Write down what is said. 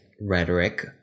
rhetoric